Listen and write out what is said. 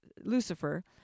lucifer